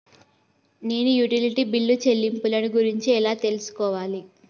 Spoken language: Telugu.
నేను యుటిలిటీ బిల్లు చెల్లింపులను గురించి ఎలా తెలుసుకోవాలి?